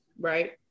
right